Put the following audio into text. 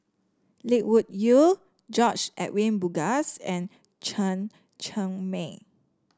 Lee Wung Yew George Edwin Bogaars and Chen Cheng Mei